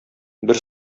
бер